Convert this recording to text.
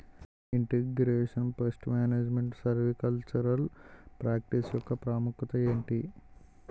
integration forest pest management silvicultural practice యెక్క ప్రాముఖ్యత ఏంటి